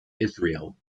israel